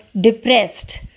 depressed